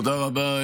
תודה רבה,